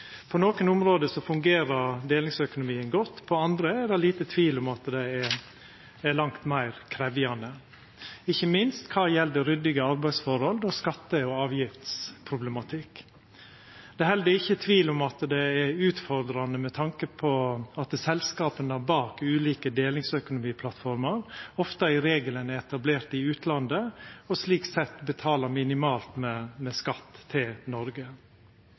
På nokre område fungerer delingsøkonomien godt, på andre er det liten tvil om at det er langt meir krevjande, ikkje minst kva gjeld ryddige arbeidsforhold og skatte- og avgiftsproblematikk. Det er heller ikkje tvil om at det er utfordrande med tanke på at selskapa bak ulike delingsøkonomiplattformer i regelen ofte er etablerte i utlandet, og slik sett betalar minimalt med skatt til Noreg.